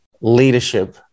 leadership